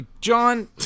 John